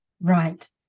right